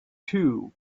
two